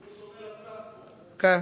כן,